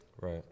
Right